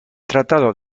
tratado